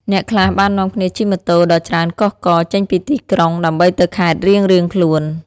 អ្នកខ្លះបាននាំគ្នាជិះម៉ូតូដ៏ច្រើនកុះករចេញពីទីក្រុង ដើម្បីទៅខេត្តរៀងៗខ្លួន។